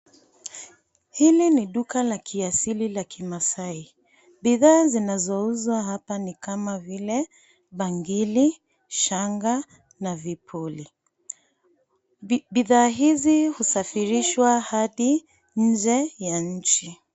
Hili ni duka la kiasili la kimasai, bidhaa zinazouzwa hapa ni kama vile; bangili, shanga, na vipuli. Bidhaa hizi husafirishwa hadi nje ya nchi.